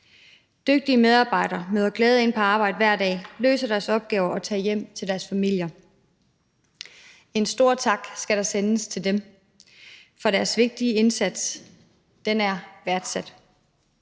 Dygtige medarbejdere møder glade ind på arbejde hver dag, løser deres opgaver og tager hjem til deres familier. En stor tak skal der sendes til dem, for deres vigtige indsats er værdsat.